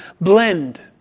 blend